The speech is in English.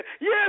Yes